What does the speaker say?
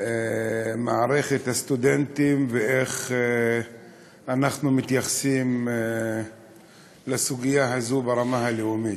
מערכת הסטודנטים ואיך אנחנו מתייחסים לסוגיה הזו ברמה הלאומית.